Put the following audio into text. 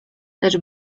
lecz